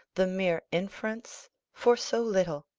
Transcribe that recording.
the mere inference for so little!